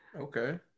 okay